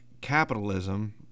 capitalism –